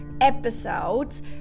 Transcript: episodes